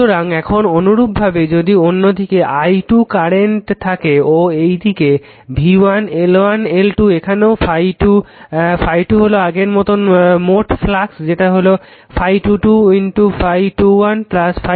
সুতরাং এখন অনুরূপভাবে যদি অন্যদিকে i 2 কারেন্ট থাকে ও এইদিকে v1 L1 L2 এখানেও ∅2 ∅2 হলো আগের মতো মোট ফ্লাক্স যেটা হলো ∅22 ∅21 ∅21